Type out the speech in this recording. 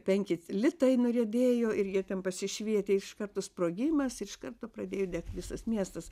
penki litai nuriedėjo ir jie ten pasišvietę iš karto sprogimas ir iš karto pradėjo degt visas miestas